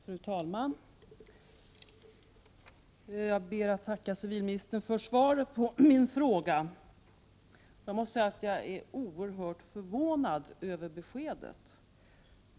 Fru talman! Jag ber att få tacka civilministern för svaret på min fråga. Jag är oerhört förvånad över beskedet.